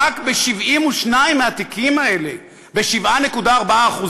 רק ב-72 מהתיקים האלה, ב-7.4%,